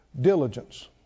diligence